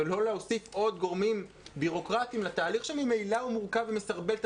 ולא להוסיף עוד גורמים בירוקרטיים לתהליך שממילא הוא מורכב ומסרבל את